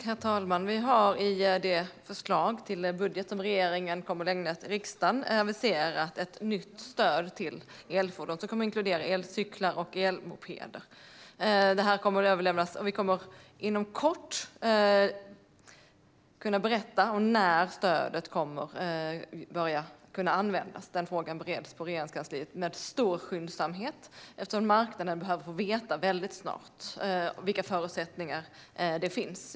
Herr talman! Regeringen har i det förslag till budget som kommer att läggas fram för riksdagen aviserat ett nytt stöd till elfordon som kommer att inkludera elcyklar och elmopeder. Vi kommer inom kort att berätta när stödet kan börja användas. Frågan bereds i Regeringskansliet med stor skyndsamhet. Marknaden behöver mycket snart få veta vilka förutsättningar som finns.